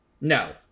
no